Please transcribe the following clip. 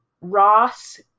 Ross